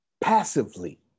passively